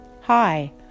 hi